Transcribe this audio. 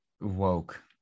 woke